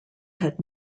had